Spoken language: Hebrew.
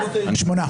פשוט שיקרת במצח